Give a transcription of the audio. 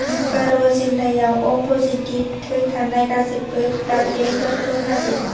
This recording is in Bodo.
बुकार' जिल्लायाव अ पजिटिभ थै थानाय गासिबो ब्लाड बेंकफोरखौ नागिर